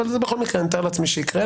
אבל אני מתאר לעצמי שזה בכל מקרה יקרה,